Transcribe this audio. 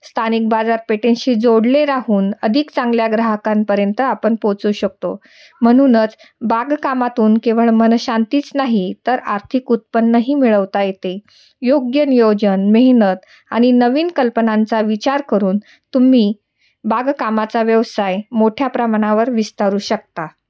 स्थानिक बाजारपेठेंशी जोडले राहून अधिक चांगल्या ग्राहकांपर्यंत आपण पोचू शकतो म्हणूनच बागकामातून केवळ मन शांतीच नाही तर आर्थिक उत्पन्नही मिळवता येते योग्य नियोजन मेहनत आणि नवीन कल्पनांचा विचार करून तुम्ही बागकामाचा व्यवसाय मोठ्या प्रमाणावर विस्तारू शकता